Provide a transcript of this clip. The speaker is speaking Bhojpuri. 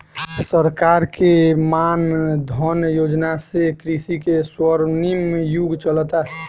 सरकार के मान धन योजना से कृषि के स्वर्णिम युग चलता